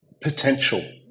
potential